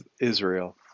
Israel